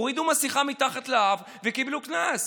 הורידו מסיכה מתחת לאף וקיבלו קנס.